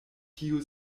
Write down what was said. tiu